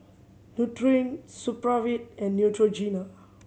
Nutren Supravit and Neutrogena